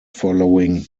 following